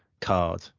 card